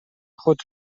خود